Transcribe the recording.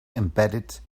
embedded